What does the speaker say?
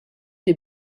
des